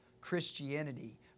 Christianity